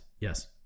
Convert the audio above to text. Yes